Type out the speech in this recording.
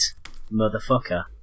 motherfucker